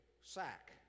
sack